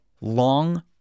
Long